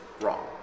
wrong